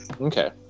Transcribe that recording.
Okay